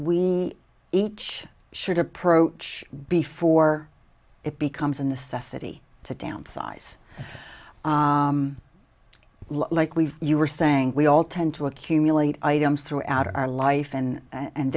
we each should approach before it becomes a necessity to downsize like we've you were saying we all tend to accumulate items throughout our life and